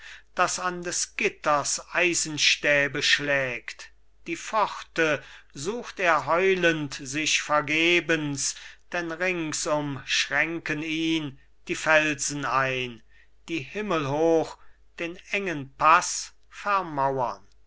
das an des gitters eisenstäbe schlägt die pforte sucht er heulend sich vergebens denn ringsum schränken ihn die felsen ein die himmelhoch den engen pass vermauren